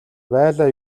байлаа